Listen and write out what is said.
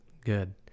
good